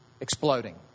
Exploding